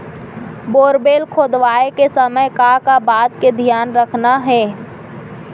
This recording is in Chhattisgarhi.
बोरवेल खोदवाए के समय का का बात के धियान रखना हे?